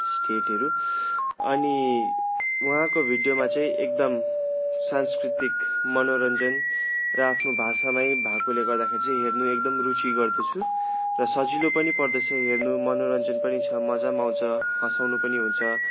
स्टेटहेरू अनि उहाँको भिडियोमा चाहिँ एकदम सांस्कृतिक मनोरञ्जन र आफ्नो भाषामै भएकोले गर्दाखेरि चाहिँ हेर्नु एकदम रुचि गर्दछु र सजिलो पनि पर्दछ हेर्नु मनोरञ्जन पनि छ मजा पनि आउँछ हँसाउनु पनि हुन्छ